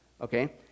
okay